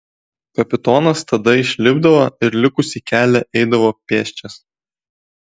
kapitonas tada išlipdavo ir likusį kelią eidavo pėsčias